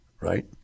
right